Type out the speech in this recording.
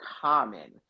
common